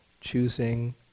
choosing